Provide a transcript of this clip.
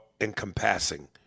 encompassing